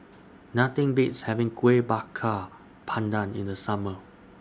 Nothing Beats having Kueh Bakar Pandan in The Summer